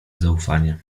zaufanie